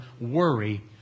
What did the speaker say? worry